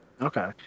okay